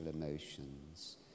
emotions